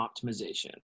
Optimization